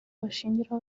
bashingiraho